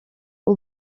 aba